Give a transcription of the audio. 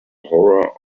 horror